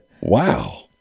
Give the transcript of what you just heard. Wow